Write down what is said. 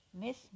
Miss